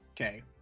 Okay